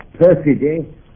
perfidy